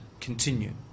continue